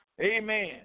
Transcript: Amen